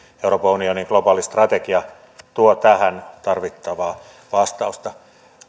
euroopan unionin globaali strategia tuo tähän tarvittavaa vastausta